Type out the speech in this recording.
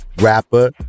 rapper